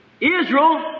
Israel